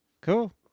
cool